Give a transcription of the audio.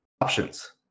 options